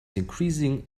increasing